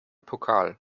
pokal